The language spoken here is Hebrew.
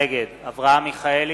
נגד אברהם מיכאלי,